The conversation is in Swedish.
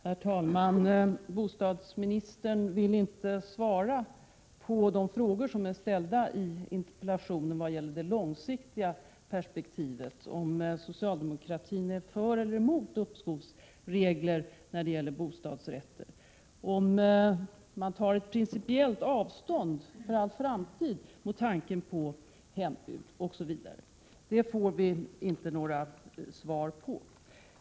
Herr talman! Bostadsministern vill inte svara på de frågor som är ställda i interpellationen vad gäller det långsiktiga perspektivet: om socialdemokratin är för eller emot uppskovsregler när det gäller bostadsrätter, om man principiellt tar avstånd för all framtid från tanken på hembud, osv. Detta får vi inte några svar på.